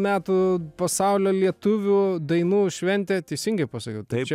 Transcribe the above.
metų pasaulio lietuvių dainų šventė teisingai pasakiau taip